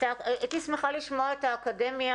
הייתי שמחה לשמוע את האקדמיה,